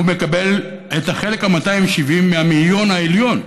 מקבל את החלק ה-270 מהמאיון העליון.